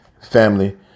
family